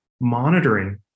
monitoring